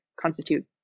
constitute